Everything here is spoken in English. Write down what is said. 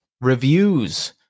Reviews